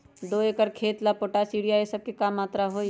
दो एकर खेत के ला पोटाश, यूरिया ये सब का मात्रा होई?